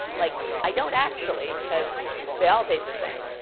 like i don't actually cause they all taste the same,